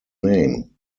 name